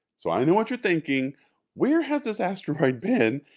so i know what you're thinking where has this asteroid been?